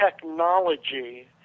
technology